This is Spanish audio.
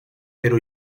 pero